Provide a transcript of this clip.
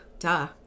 Duh